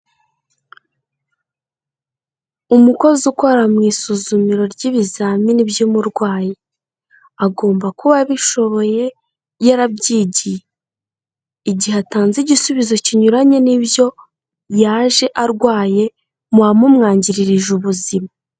Umukozi ukora mu isuzumiro ry'ibizamini by'umurwayi, agomba kuba abishoboye yarabyigiye, igihe atanze igisubizo kinyuranye n'ibyo yaje arwaye muba mumwangirije ubuzima.